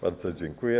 Bardzo dziękuję.